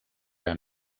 era